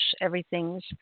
everything's